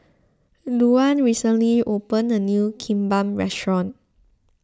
Louann recently opened a new Kimbap restaurant